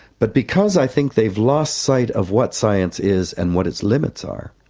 but because i think they've lost sight of what science is and what its limits are.